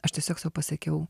aš tiesiog sau pasakiau